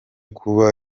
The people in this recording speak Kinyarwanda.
kuba